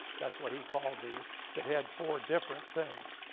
that's what he called these, that had four different things.